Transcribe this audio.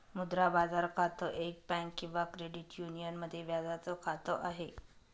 मुद्रा बाजार खातं, एक बँक किंवा क्रेडिट युनियन मध्ये व्याजाच खात आहे